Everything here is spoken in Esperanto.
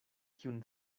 kiun